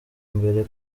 mbere